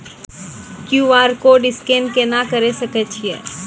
QR code scan केना करै सकय छियै?